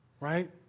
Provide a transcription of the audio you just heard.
right